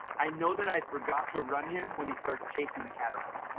i know that i forgot to run him when he starts chasing the cat around,